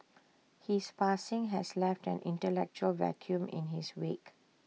his passing has left an intellectual vacuum in his wake